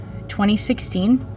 2016